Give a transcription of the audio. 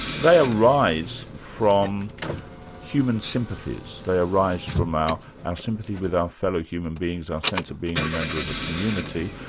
they arise from human sympathies, they arise from our our sympathy with our fellow human beings, our sense of being a member of a community,